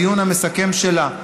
בדיון המסכם שלה,